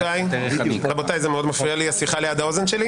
תני לי לסיים את דברי הפתיחה שלי.